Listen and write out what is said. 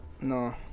No